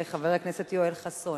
חבר הכנסת יואל חסון,